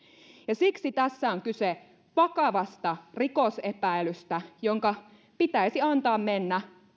ja siksi tässä on kyse vakavasta rikosepäilystä jonka pitäisi antaa mennä